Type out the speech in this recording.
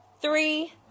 three